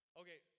okay